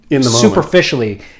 superficially